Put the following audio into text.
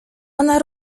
ona